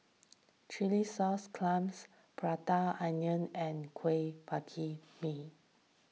Chilli Sauce Clams Prata Onion and Kuih Bingka Ubi